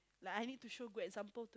like I need to show good some examples